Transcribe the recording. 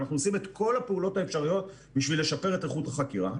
ואנחנו עושים את כל הפעולות האפשריות בשביל לשפר את איכות החקירה.